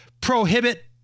prohibit